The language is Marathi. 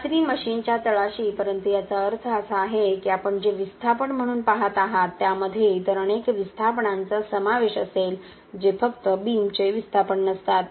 चाचणी मशीनच्या तळाशी परंतु याचा अर्थ असा आहे की आपण जे विस्थापन म्हणून पहात आहात त्यामध्ये इतर अनेक विस्थापनांचा समावेश असेल जे फक्त बीमचे विस्थापन नसतात